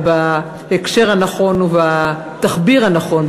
אבל בהקשר הנכון ובתחביר הנכון,